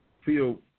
feel